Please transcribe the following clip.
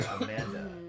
Amanda